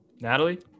Natalie